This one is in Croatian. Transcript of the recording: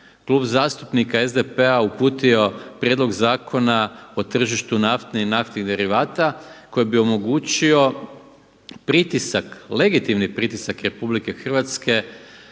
Klub zastupnika SDP-a uputio prijedlog Zakona o tržištu nafte i naftnih derivata koji bi omogućio pritisak, legitimni pritisak RH na vlasnike